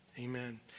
Amen